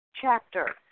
chapter